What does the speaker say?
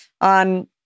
on